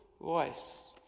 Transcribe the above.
voice